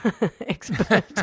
expert